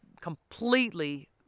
completely